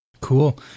Cool